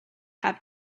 have